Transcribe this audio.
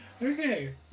Okay